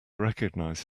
recognize